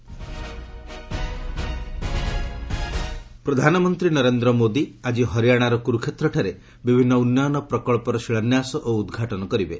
PM Haryana ପ୍ରଧାନମନ୍ତ୍ରୀ ନରେନ୍ଦ୍ର ମୋଦି ଆଜି ହରିୟାଣାର କୁରୁକ୍ଷେତ୍ରଠାରେ ବିଭିନ୍ନ ଉନ୍ୟନ ପ୍ରକଳ୍ପର ଶିଳାନ୍ୟାସ ଓ ଉଦ୍ଘାଟନ କରିବେ